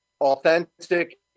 authentic